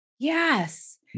Yes